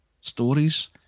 stories